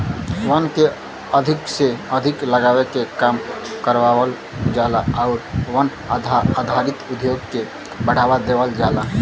वन के अधिक से अधिक लगावे के काम करावल जाला आउर वन आधारित उद्योग के बढ़ावा देवल जाला